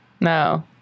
No